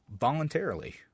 voluntarily